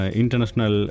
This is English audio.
international